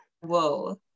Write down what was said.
whoa